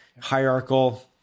hierarchical